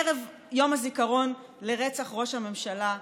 ערב יום הזיכרון לרצח ראש הממשלה רבין.